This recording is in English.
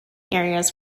areas